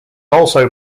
also